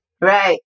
Right